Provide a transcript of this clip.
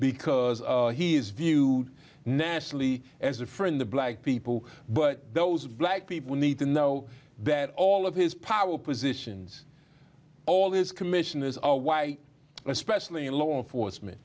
because he is viewed nationally as a friend of black people but those black people need to know that all of his power positions all his commission is all why especially in law enforcement